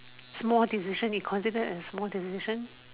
small decision you consider as small decision